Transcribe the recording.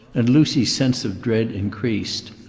and lucy's sense of dread increased.